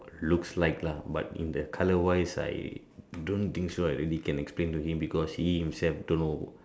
looks like lah but in the colour wise I don't think so I can really explain to him because he himself don't know